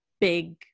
big